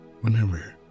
whenever